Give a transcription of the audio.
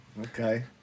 Okay